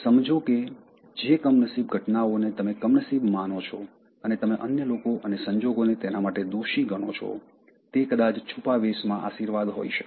સમજો કે જે કમનસીબ ઘટનાઓ ને તમે કમનસીબ માનો છો અને તમે અન્ય લોકો અને સંજોગોને તેના માટે દોષી ગણો છો તે કદાચ છુપા વેશમાં આશીર્વાદ હોઈ શકે